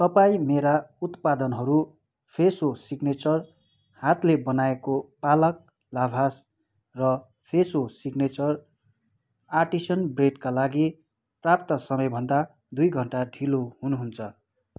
तपाईँ मेरा उत्पादनहरू फ्रेसो सिग्नेचर हातले बनाएको पालक लाभास र फ्रेसो सिग्नेचर आर्टिसन ब्रेडका लागि प्राप्त समयभन्दा दुई घन्टा ढिलो हुनुहुन्छ